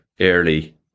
early